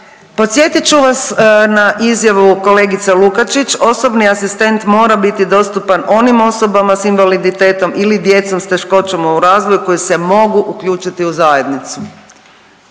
Podsjetit ću vas na izjavu kolegice Lukačić, osobni asistent mora biti dostupan onim osobama s invaliditetom ili djecom s teškoćama u razvoju koji se mogu uključiti u zajednicu.